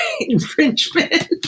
infringement